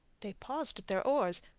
they paused at their oars,